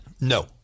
No